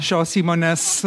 šios įmonės